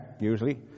usually